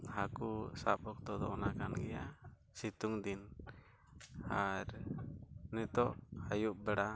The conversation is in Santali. ᱦᱟᱹᱠᱩ ᱥᱟᱵ ᱚᱠᱛᱚ ᱫᱚ ᱚᱱᱟ ᱠᱟᱱ ᱜᱮᱭᱟ ᱥᱤᱛᱩᱝ ᱫᱤᱱ ᱟᱨ ᱱᱤᱛᱳᱜ ᱟᱹᱭᱩᱵ ᱵᱮᱲᱟ